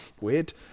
weird